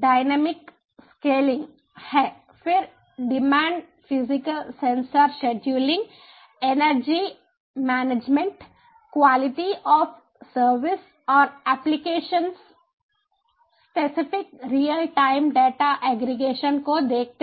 dynamic scaling हैं फिर demand physical sensor scheduling energy management quality of service और application specific real time data aggregation को देखते हैं